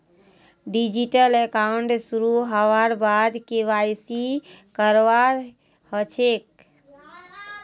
digital account शुरू हबार बाद के.वाई.सी करवा ह छेक